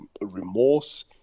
remorse